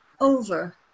over